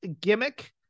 gimmick